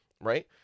right